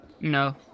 No